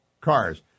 cars